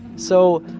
so,